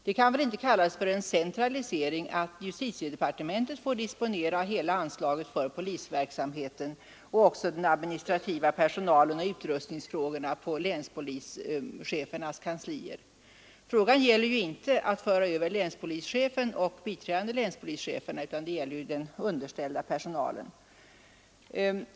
Det kan väl inte kallas för centralisering att justitiedepartementet får disponera hela anslaget för polisverksamheten och också för den administrativa personalen och utrustningsfrågorna på länspolischefernas kanslier. Det gäller inte att föra över länspolischefen och biträdande länspolischeferna, utan det gäller den underställda personalen.